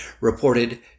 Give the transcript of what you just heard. reported